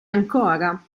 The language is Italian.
ancora